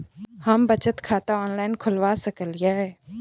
हम बचत खाता ऑनलाइन खोलबा सकलिये?